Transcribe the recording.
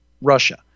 Russia